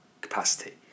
capacity